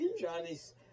Johnny's